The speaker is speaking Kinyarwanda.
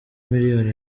miliyoni